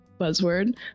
buzzword